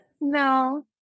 no